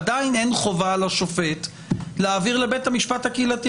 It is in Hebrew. עדיין אין חובה על השופט להעביר לבית המשפט הקהילתי.